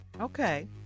okay